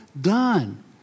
done